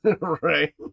Right